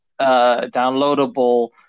downloadable